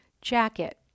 jacket